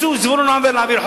גם זבולון אורלב ניסה להעביר,